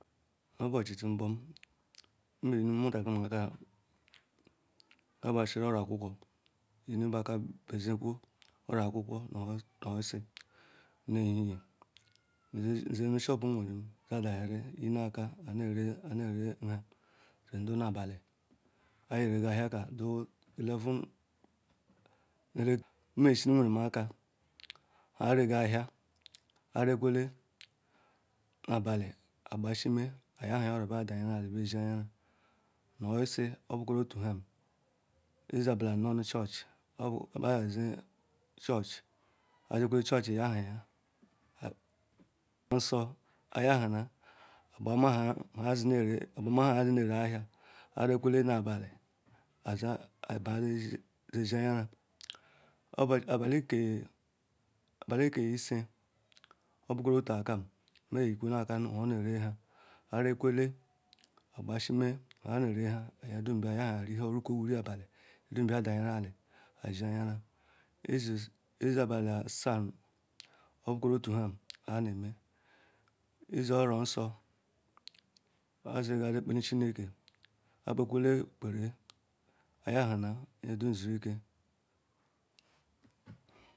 Nu obuchi nbum nu ne yenu onu aka oro okwokwo yenu ba aka be̱ zikwo oro okwokwo nu oshishi nu ehihe nzi shop neweren ya danyari yenakaneri anari nha abem du na abale ayeriyam nhagbem du na abale ayeriyam nhagam ahigam de nmeyesuru nweren aka nu ha eriyan achia, arikwolen nu abali cegbashime ayahaya oro ba dayari ali baa sheme eyara nu oshishi obukoriri otu ham. Ezi obula bu church ma nu church ajikwelan church yahaya nso ayahana gbahama nha azi ne aji ahia, arikwela nu abali ababa zi sho anyara abuli ke eshe obukoriri otu akam, me yekwaha aka nu ha oneri nha ma rikwele, agbashime nunha nerinha, ayadum baa rikwome eri abali nha dem ba dayaha ali ashe ayara, izuzu ezeabali azaa obukoriri nu otu ham me aname nu ezioro nso azigan yekpenu chineke, akpe kwele ayahana, ye dum suru ike.